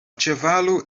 ĉevalo